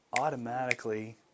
Automatically